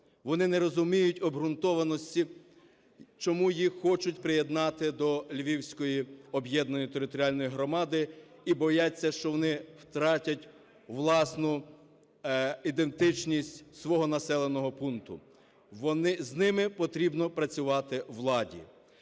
Вони не розуміють обґрунтованості, чому їх хочуть приєднати до Львівської об'єднаної територіальної громади і бояться, що вони втратять власну ідентичність свого населеного пункту. З ними потрібно працювати владі.